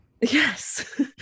Yes